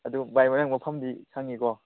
ꯑꯗꯨ ꯚꯥꯏ ꯍꯣꯔꯦꯟ ꯃꯐꯝꯗꯤ ꯈꯪꯉꯤꯀꯣ